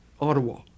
Ottawa